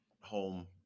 home